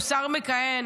הוא שר מכהן.